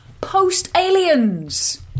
post-Aliens